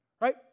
Right